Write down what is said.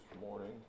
morning